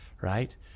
right